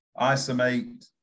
isomate